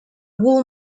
wall